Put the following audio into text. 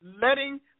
Letting